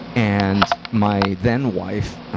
and, my then-wife, ah,